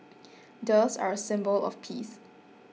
doves are a symbol of peace